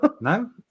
No